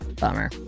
bummer